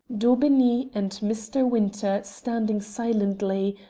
daubeney, and mr. winter standing silently,